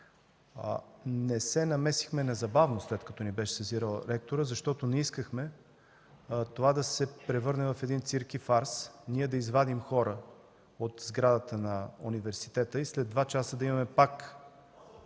Не се намесихме незабавно, след като ни беше сезирал ректорът, защото не искахме това да се превърне в един цирк и фарс – ние да извадим хора от сградата на университета и след два часа да имаме пак